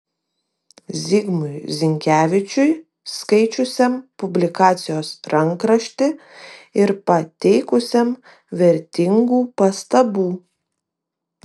zigmui zinkevičiui skaičiusiam publikacijos rankraštį ir pateikusiam vertingų pastabų